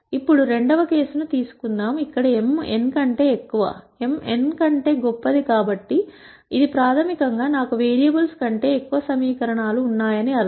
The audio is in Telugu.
ఇప్పుడు రెండవ కేసు ను తీసుకుందాం ఇక్కడ m n కంటే ఎక్కువ m n కంటే గొప్పది కాబట్టి ఇది ప్రాథమికంగా నాకు వేరియబుల్స్ కంటే ఎక్కువ సమీకరణాలు ఉన్నాయని అర్థం